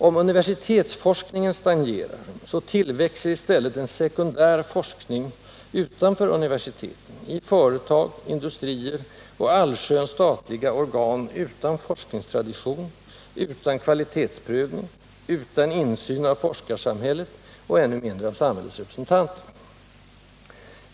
Om universitetsforskningen stagnerar, så tillväxer i stället en sekundär forskning utanför universiteten, i företag, industrier och allsköns statliga organ utan forskningstradition, utan kvalitetsprövning, utan insyn av forskarsamhället och ännu mindre av samhällets representanter.